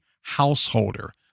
householder